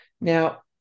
Now